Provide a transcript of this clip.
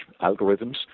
algorithms